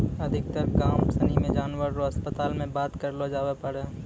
अधिकतर गाम सनी मे जानवर रो अस्पताल मे बात करलो जावै पारै